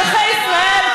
לא הפריעו לה.